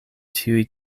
tiuj